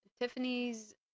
Tiffany's